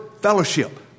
Fellowship